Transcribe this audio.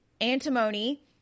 antimony